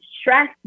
stress